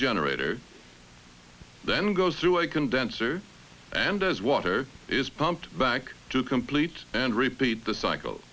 generator then goes through a condenser and as water is pumped back to complete and repeat the cycle